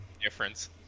difference